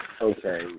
Okay